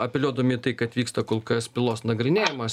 apeliuodami į tai kad vyksta kol kas bylos nagrinėjimas